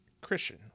Christian